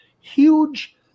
huge